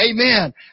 Amen